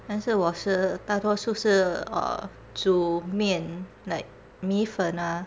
但是我是大多数是额煮面 like 米饭 ah